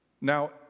Now